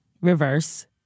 reverse